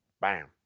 bam